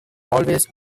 always